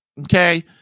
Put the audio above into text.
Okay